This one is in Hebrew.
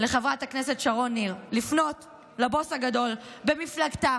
לחברת הכנסת שרון ניר לפנות לבוס הגדול במפלגתה,